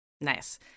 Nice